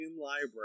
library